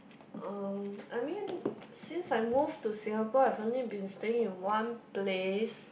um I mean since I move to Singapore I've only been staying in one place